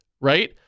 right